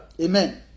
Amen